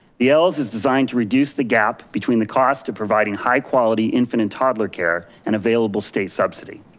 the els is designed to reduce the gap between the cost of providing high quality infant and toddler care and available state subsidy.